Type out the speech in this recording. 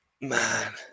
Man